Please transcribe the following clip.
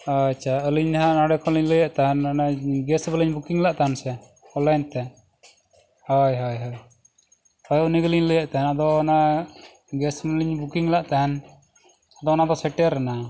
ᱟᱪᱪᱷᱟ ᱟᱹᱞᱤᱧ ᱱᱟᱦᱟᱜ ᱱᱚᱰᱮ ᱠᱷᱚᱱᱞᱤᱧ ᱞᱟᱹᱭᱮᱫ ᱛᱟᱦᱮᱱ ᱱᱚᱜᱼᱚ ᱱᱚᱣᱟ ᱵᱟᱞᱤᱧ ᱞᱮᱫ ᱛᱟᱦᱮᱱ ᱥᱮ ᱛᱮ ᱦᱳᱭ ᱦᱳᱭ ᱦᱳᱭ ᱦᱳᱭ ᱩᱱᱤ ᱜᱮᱞᱤᱧ ᱞᱟᱹᱭᱮᱫ ᱛᱟᱦᱮᱱ ᱟᱫᱚ ᱚᱱᱟ ᱢᱟ ᱞᱤᱧ ᱞᱟᱜᱟᱜ ᱛᱟᱦᱮᱱ ᱟᱫᱚ ᱚᱱᱟ ᱫᱚ ᱥᱮᱴᱮᱨ ᱮᱱᱟ